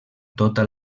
tota